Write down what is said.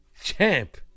champ